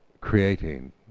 creating